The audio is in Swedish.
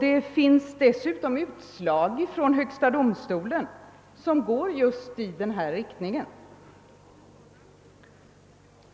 Det finns dessutom utslag från högsta domstolen som går i samma riktning.